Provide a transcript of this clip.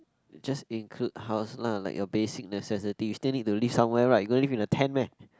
just include house lah like your basic necessity you still need to live somewhere right you gonna live in a tent meh